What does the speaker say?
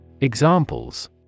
Examples